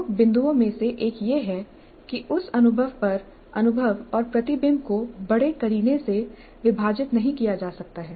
प्रमुख बिंदुओं में से एक यह है कि उस अनुभव पर अनुभव और प्रतिबिंब को बड़े करीने से विभाजित नहीं किया जा सकता है